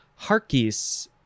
Harkis